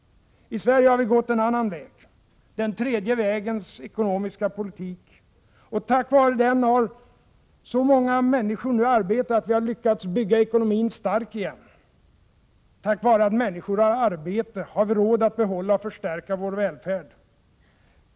I Sverige har vi gått en annan väg — den tredje vägens ekonomiska politik. Tack vare den har nu så många människor arbete att vi har lyckats bygga den svenska ekonomin stark igen. Tack vare att människor har arbete har vi råd att behålla och förstärka vår välfärd.